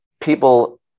people